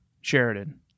Sheridan